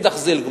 ואידך זיל גמור.